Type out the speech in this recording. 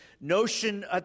notion